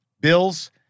Bills